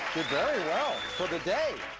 did very well. for the day,